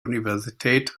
universität